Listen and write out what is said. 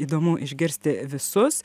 įdomu išgirsti visus